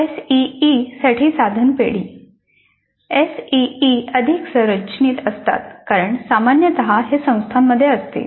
SEE साठी साधन पेढी एसईई अधिक संरचित असतात कारण सामान्यत हे संस्थांमध्ये असते